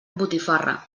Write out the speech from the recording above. botifarra